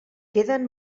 queden